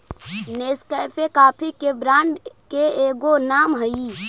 Nescafe coffee के brand के एगो नाम हई